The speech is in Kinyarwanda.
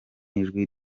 ijwi